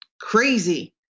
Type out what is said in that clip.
crazy